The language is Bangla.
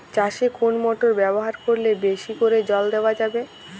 চাষে কোন মোটর ব্যবহার করলে বেশী করে জল দেওয়া যাবে?